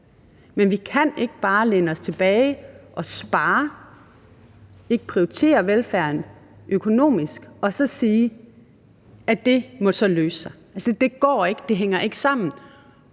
Men vi kan ikke bare læne os tilbage og spare, ikke prioritere velfærden økonomisk, og så sige, at det må så løse sig. Det går ikke, det hænger ikke sammen,